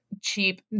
cheap